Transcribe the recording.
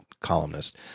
columnist